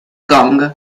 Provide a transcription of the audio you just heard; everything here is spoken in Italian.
gong